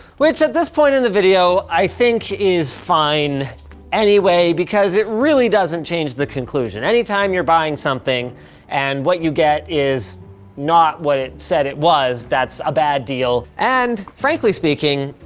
which, at this point in the video, i think is fine anyway, because it really doesn't change the conclusion. any time you're buying something and what you get is not what it said it was, that's a bad deal. and, frankly speaking,